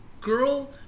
girl